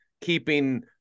keeping